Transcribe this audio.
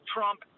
Trump